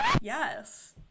Yes